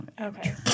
Okay